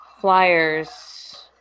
flyers